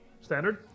Standard